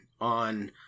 on